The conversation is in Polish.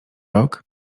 rok